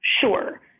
Sure